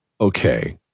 okay